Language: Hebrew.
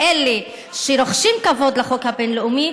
לאלה שרוחשים כבוד לחוק הבין-לאומי,